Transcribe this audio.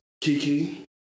Kiki